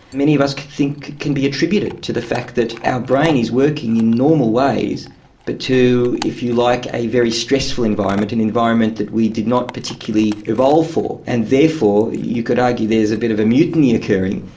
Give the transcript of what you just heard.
many of us think can be attributed to the fact that our brain is working in normal ways but to, if you like, a very stressful environment, an environment that we did not particularly evolve for and therefore you could argue there's a bit of a mutiny occurring.